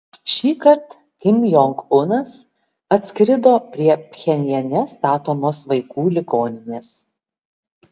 šįkart kim jong unas atskrido prie pchenjane statomos vaikų ligoninės